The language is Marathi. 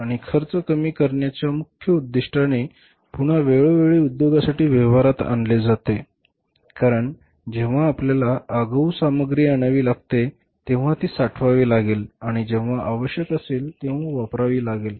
आणि खर्च कमी करण्याच्या मुख्य उद्दीष्टाने पुन्हा वेळोवेळी उद्योगासाठी व्यवहारात आणले जाते कारण जेव्हा आपल्याला आगाऊ सामग्री आणावी लागेल तेव्हा ती साठवावी लागेल आणि जेव्हा आवश्यक असेल तेव्हा वापरावी लागेल